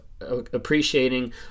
appreciating